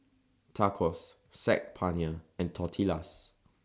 Tacos Saag Paneer and Tortillas